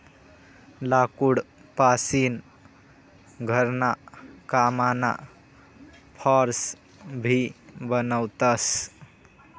लाकूड पासीन घरणा कामना फार्स भी बनवतस